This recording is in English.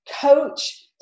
coach